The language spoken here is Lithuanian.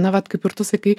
na vat kaip ir tu sakai